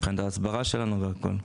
מבחינת ההסברה שלנו והכל.